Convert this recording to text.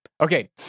Okay